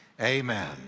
amen